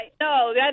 No